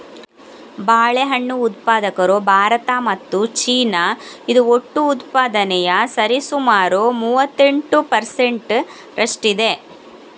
ಬಾಳೆಹಣ್ಣು ಉತ್ಪಾದಕರು ಭಾರತ ಮತ್ತು ಚೀನಾ, ಇದು ಒಟ್ಟು ಉತ್ಪಾದನೆಯ ಸರಿಸುಮಾರು ಮೂವತ್ತೆಂಟು ಪರ್ ಸೆಂಟ್ ರಷ್ಟಿದೆ